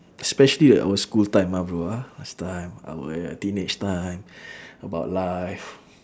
especially our school time ah bro ah last time our teenage time about life